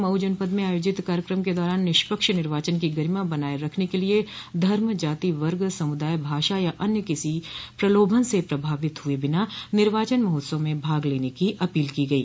मऊ जनपद में आयोजित कार्यक्रम के दौरान निष्पक्ष निर्वाचन की गरिमा बनाये रखने के लिये धर्म जाति वर्ग समुदाय भाषा या अन्य किसी प्रलोभन से प्रभावित हुए बिना निर्वाचन महोत्सव में भाग लेने की अपील की गई